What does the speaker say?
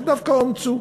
שדווקא אומצו.